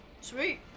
Sweet